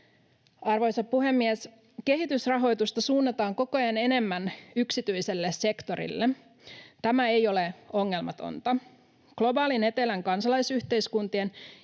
Arvoisa puhemies! Kehitysrahoitusta suunnataan koko ajan enemmän yksityiselle sektorille. Tämä ei ole ongelmatonta. Globaalin etelän kansalaisyhteiskuntien